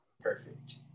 Perfect